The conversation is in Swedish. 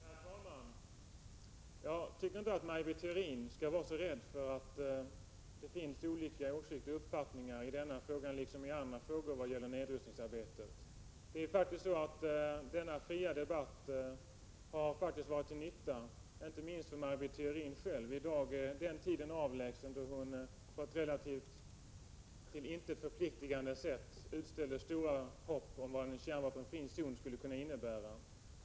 Herr talman! Jag tycker inte Maj Britt Theorin skall vara så rädd för att det finns olika uppfattningar i denna fråga, liksom i andra frågor i vad gäller nedrustningsarbetet. Det är faktiskt så att denna fria debatt har varit till nytta inte minst för Maj Britt Theorin själv. I dag är den tid avlägsen då Maj Britt Theorin på ett mycket litet förpliktigande sätt ställde stort hopp till vad en kärnvapenfri zon innebär.